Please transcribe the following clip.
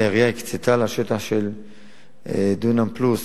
והעירייה הקצתה לה שטח של דונם פלוס